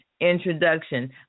introduction